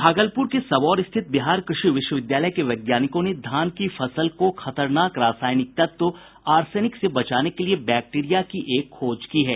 भागलपुर के सबौर स्थित बिहार कृषि विश्वविद्यालय के वैज्ञानिकों ने धान की फसल को खतरनाक रसायनिक तत्व आर्सेनिक से बचाने के लिये एक बैक्टीरिया की खोज की है